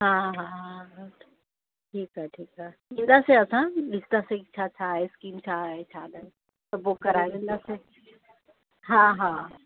हा हा ठीकु आहे ठीकु आहे ईंदासीं असां ॾिसंदासीं छा छा आहे स्कीम छा आहे छा न आहे त बुक कराए वेंदासीं हा हा